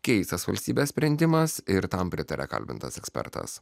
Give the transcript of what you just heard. keistas valstybės sprendimas ir tam pritaria kalbintas ekspertas